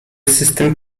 system